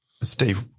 Steve